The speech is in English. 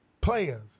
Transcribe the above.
players